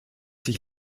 sich